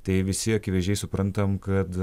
tai visi akivaizdžiai suprantam kad